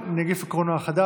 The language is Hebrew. מאה אחוז.